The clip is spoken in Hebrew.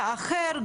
אחר,